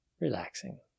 Relaxing